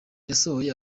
yasohoye